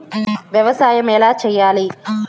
వ్యవసాయం ఎలా చేయాలి?